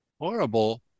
horrible